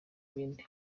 bindi